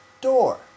door